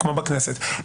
כמו בכנסת.